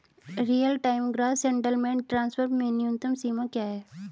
Real time gross settlement transfer में न्यूनतम सीमा क्या है?